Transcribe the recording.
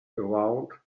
around